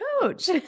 coach